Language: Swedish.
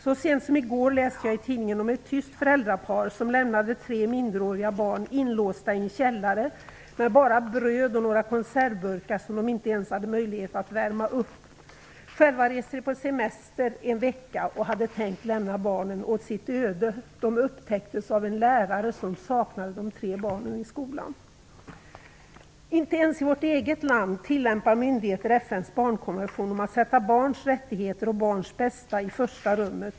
Så sent som i går läste jag i tidningen om ett tyskt föräldrapar som lämnade tre minderåriga barn inlåsta i en källare med bara bröd och några konservburkar som de inte ens hade möjlighet att värma upp. Själva skulle de resa på semester en vecka och hade tänkt lämna barnen åt sitt öde. Detta upptäcktes emellertid av en lärare som saknade de tre barnen i skolan. Inte ens i vårt eget land tillämpar myndigheter FN:s barnkonvention om att alltid sätta barns rättigheter och barns bästa i första rummet.